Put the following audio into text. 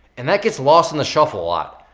and that gets lost in the shuffle a lot.